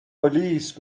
پلیس